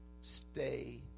stay